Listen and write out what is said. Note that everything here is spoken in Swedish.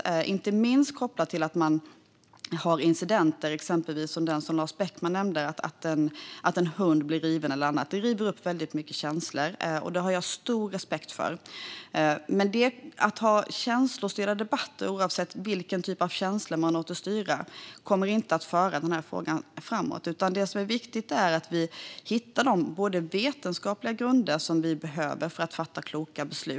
Det gäller inte minst kopplat till att man har incidenter, exempelvis som den Lars Beckman nämnde om att en hund blir riven eller annat. Det river upp väldigt mycket känslor, och det har jag stor respekt för. Att ha känslostyrda debatter, oavsett vilken typ av känslor som man låter styra, kommer inte att föra frågan framåt. Det som är viktigt är att vi hittar de vetenskapliga grunder som vi behöver för att kunna fatta kloka beslut.